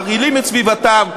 מרעילים את סביבתם,